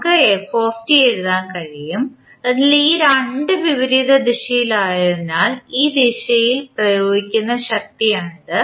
നമുക്ക് f എഴുതാൻ കഴിയും അതിനാൽ ഈ രണ്ട് വിപരീത ദിശയിലായതിനാൽ ഈ ദിശയിൽ പ്രയോഗിക്കുന്ന ശക്തിയാണിത്